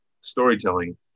storytelling